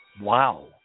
Wow